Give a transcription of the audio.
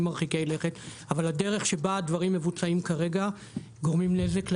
מרחיקי לכת אבל הדרך בה הדברים מבוצעים כרגע גורמת נזק לאנשים.